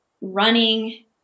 running